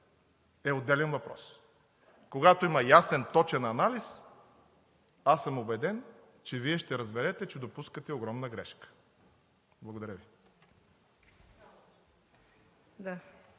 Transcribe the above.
е отделен въпрос. Когато има ясен, точен анализ, аз съм убеден, че Вие ще разберете, че допускате огромна грешка. Благодаря Ви.